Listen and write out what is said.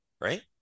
right